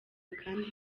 kandi